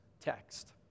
text